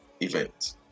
event